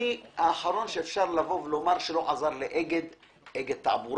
אני האחרון שאפשר לומר שלא עזר לאגד תעבורה,